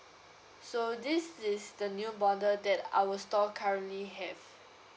so this is the new model that our store currently have